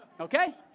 Okay